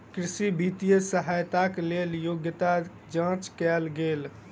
कृषक वित्तीय सहायताक लेल योग्यता जांच कयल गेल